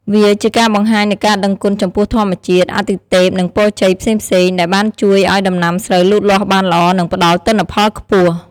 វាជាការបង្ហាញនូវការដឹងគុណចំពោះធម្មជាតិ អាទិទេព និងពរជ័យផ្សេងៗ ដែលបានជួយឱ្យដំណាំស្រូវលូតលាស់បានល្អ និងផ្ដល់ទិន្នផលខ្ពស់។